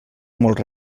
molt